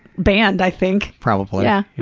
banned, i think. probably. yeah,